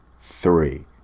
three